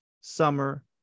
summer